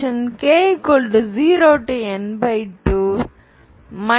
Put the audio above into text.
k2n 2k